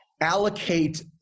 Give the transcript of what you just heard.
allocate